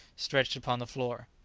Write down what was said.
stretched upon the floor.